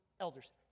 elders